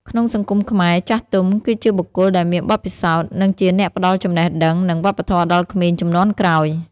ក្នុងសង្គមខ្មែរ ចាស់ទុំ គឺជាបុគ្គលដែលមានបទពិសោធន៍ និងជាអ្នកផ្ដល់ចំណេះដឹង និង វប្បធម៌ដល់ក្មេងជំនាន់ក្រោយ។